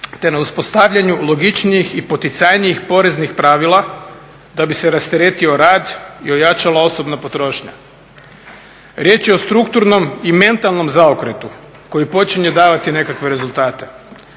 te na uspostavljanju logičnijih i poticajnijih poreznih pravila da bi se rasteretio rad i ojačala osobna potrošnja. Riječ je o strukturnom i mentalnom zaokretu koji počinje davati nekakve rezultate.